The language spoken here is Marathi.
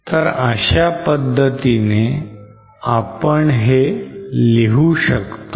तर अशा पद्धतीने आपण ते लिहू शकतो